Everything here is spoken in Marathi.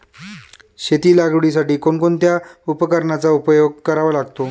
शेती लागवडीसाठी कोणकोणत्या उपकरणांचा उपयोग करावा लागतो?